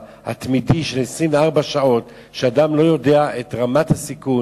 התמידי, של 24 שעות, כשאדם לא יודע את רמת הסיכון?